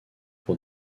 pour